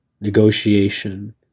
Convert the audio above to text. negotiation